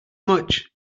much